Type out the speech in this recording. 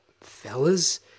fellas